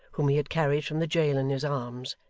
whom he had carried from the jail in his arms,